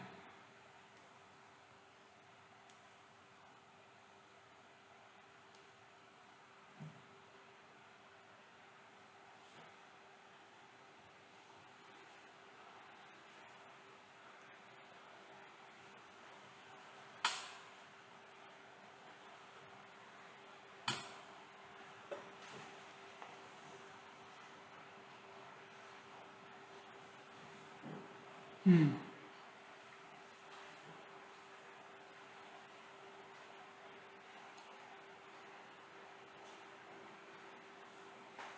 mm